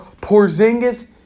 Porzingis